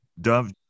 Dove